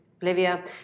Bolivia